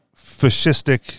fascistic